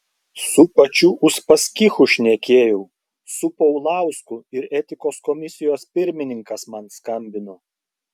su pačiu uspaskichu šnekėjau su paulausku ir etikos komisijos pirmininkas man skambino